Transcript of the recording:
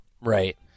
Right